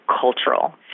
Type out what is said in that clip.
cultural